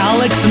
Alex